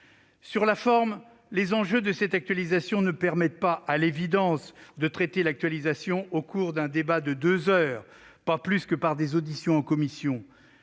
Sur la forme, les enjeux de cette actualisation ne permettent pas, à l'évidence, de traiter cette dernière au cours d'un débat de deux heures, pas plus que lors d'auditions en commission.